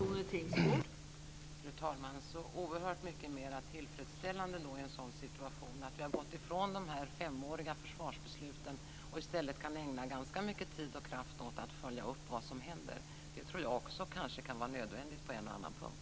Fru talman! Så oerhört mycket mer tillfredsställande är en sådan situation att vi har gått ifrån de femåriga försvarsbesluten och i stället kan ägna ganska mycket tid och kraft åt att följa upp vad som händer. Jag tror att det också kan vara nödvändigt på en och annan punkt.